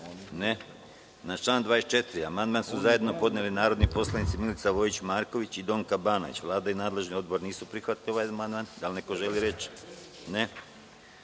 (Ne)Na član 24. amandman su zajedno podnele narodni poslanici Milica Vojić Marković i Donka Banović. Vlada i nadležni odbor nisu prihvatili ovaj amandman. Da li neko želi reč?